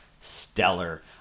stellar